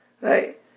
Right